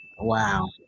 Wow